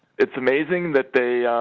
it's amazing that the